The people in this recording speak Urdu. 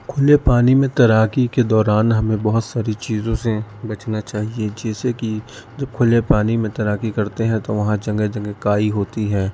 کھلے پانی میں تیراکی کے دوران ہمیں بہت ساری چیزوں سے بچنا چاہیے جیسے کہ جب کھلے پانی میں تیراکی کرتے ہیں تو وہاں جگہ جگہ کائی ہوتی ہے